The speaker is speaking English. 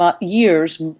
year's